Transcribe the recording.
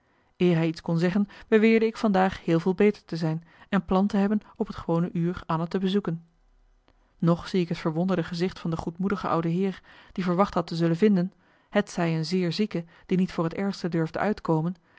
hij iets kon zeggen beweerde ik van daag heel veel beter te zijn en plan te hebben op het gewone uur anna te bezoeken nog zie ik het verwonderde gezicht van de goedmoedige oude heer die verwacht had te zullen vinden hetzij een zeer zieke die niet voor het ergste durfde uitkomen